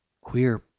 queer